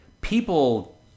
People